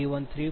42 MWPhase